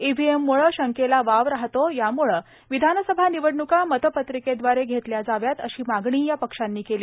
ईव्हीएममुळे शंकेला वाव राहतो यामुळं विधानसभा निवडणुका मतपत्रिकेद्वारे घेतल्या जाव्यात अशी मागणी या पक्षांनी केली